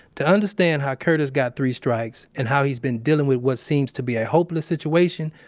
to understand how curtis got three strikes and how he's been dealing with what seems to be a hopeless situation,